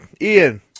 Ian